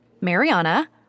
Mariana